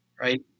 Right